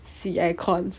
洗 aircon